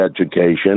education